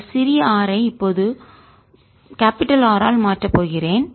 இந்த சிறிய r ஐ இப்போது மூலதன R ஆல் மாற்றப் போகிறேன்